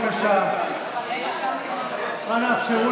אני אשב.